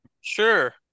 Sure